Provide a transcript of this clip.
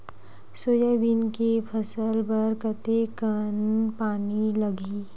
Soybean के फसल बर कतेक कन पानी लगही?